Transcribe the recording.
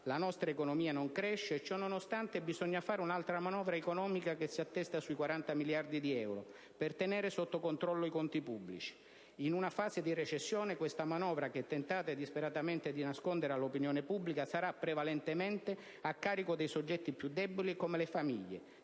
La nostra economia non cresce e ciò nonostante bisogna fare un'altra manovra economica che si attesta sui 40 miliardi di euro per tenere sotto controllo i conti pubblici. In una fase di recessione, questa manovra, che tentate disperatamente di nascondere all'opinione pubblica, sarà prevalentemente a carico dei soggetti più deboli, come le famiglie,